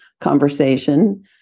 conversation